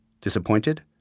Disappointed